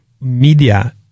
media